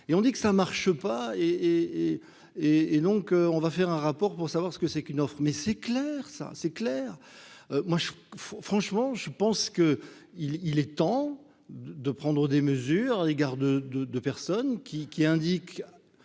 et on dit que ça marche pas et et et et donc on va faire un rapport pour savoir ce que c'est qu'une offre, mais c'est clair, ça c'est clair, moi je franchement je pense que il il est temps de prendre des mesures à l'égard de, de, de personnes qui, qui indique